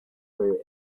very